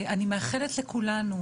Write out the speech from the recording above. אני מאחלת לכולנו,